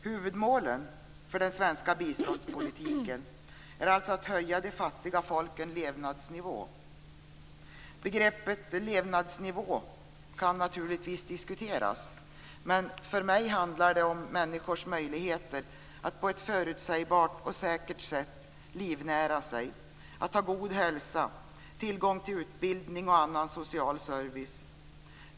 Huvudmålet för den svenska biståndspolitiken är alltså att höja de fattiga folkens levnadsnivå. Begreppet levnadsnivå kan naturligtvis diskuteras, men för mig handlar det om människors möjligheter att på ett förutsägbart och säkert sätt livnära sig, att ha god hälsa och tillgång till utbildning och annan social service.